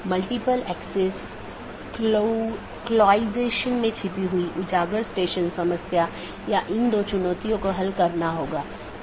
अंत में ऐसा करने के लिए आप देखते हैं कि यह केवल बाहरी नहीं है तो यह एक बार जब यह प्रवेश करता है तो यह नेटवर्क के साथ घूमता है और कुछ अन्य राउटरों पर जाता है